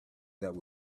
that